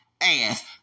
ass